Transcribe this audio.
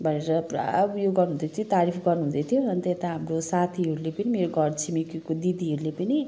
भनेर पुरा उयो गर्नु हुँदै थियो तारिफ गर्नु हुँदै थियो अन्त यता हाम्रो साथीहरूले पनि मेरो घर छिमेकीको दिदीहरूले पनि